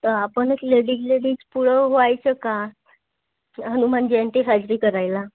तर आपणच ladies ladies पुढं व्हायचं का हनुमान जयंती साजरी करायला